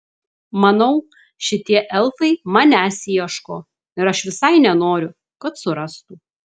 manau šitie elfai manęs ieško ir aš visai nenoriu kad surastų